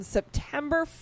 September